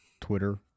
Twitter